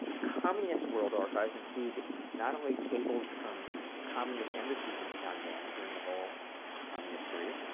communist world archives include not only cables from communist embassies in pyongyang during the whole communist period,